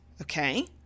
okay